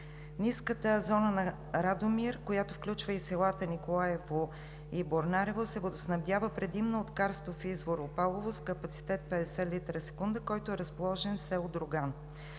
Ниската зона на Радомир, която включва и селата Николаево и Борнарево, се водоснабдява предимно от карстов извор „Опалово“ с капацитет 50 литра в секунда, който е разположен в село Друган.